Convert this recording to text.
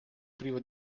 privo